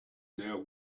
now